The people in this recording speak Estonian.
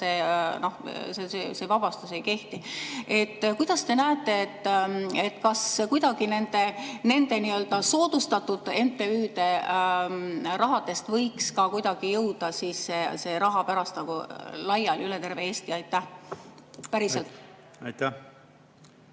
see vabastus ei kehti. Kuidas te näete, kas kuidagi nende soodustatud MTÜ-de vahenditest võiks ka kuidagi jõuda see raha pärast laiali üle terve Eesti päriselt? Aitäh!